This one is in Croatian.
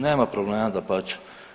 Nema problema, dapače.